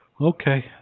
okay